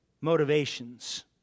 motivations